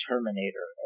Terminator